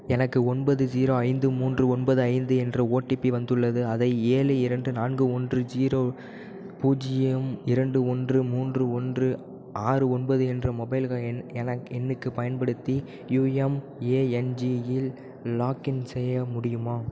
எனக்கு ஒன்பது ஜீரோ ஐந்து மூன்று ஒன்பது ஐந்து என்ற ஓடிபி வந்துள்ளது அதை ஏழு இரண்டு நான்கு ஒன்று ஜீரோ பூஜ்ஜியம் இரண்டு ஒன்று மூன்று ஒன்று ஆறு ஒன்பது என்ற மொபைல்க எண் எணக் எண்ணுக்குப் பயன்படுத்தி யுஎம்ஏஎன்ஜிஇல் லாக்இன் செய்ய முடியுமா